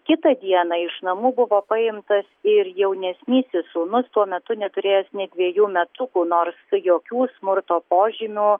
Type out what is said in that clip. kitą dieną iš namų buvo paimtas ir jaunesnysis sūnus tuo metu neturėjęs nė dviejų metukų nors jokių smurto požymių